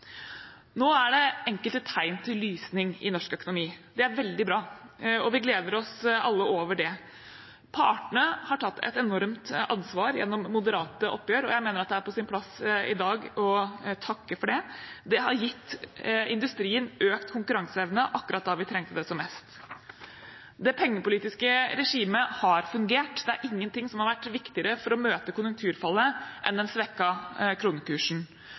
Nå er det enkelte tegn til lysning i norsk økonomi. Det er veldig bra, og vi gleder oss alle over det. Partene har tatt et enormt ansvar gjennom moderate oppgjør, og jeg mener at det er på sin plass i dag å takke for det. Det har gitt industrien økt konkurranseevne akkurat da vi trengte det mest. Det pengepolitiske regimet har fungert, det er ingenting som har vært viktigere for å møte konjunkturfallet enn den svekkede kronekursen.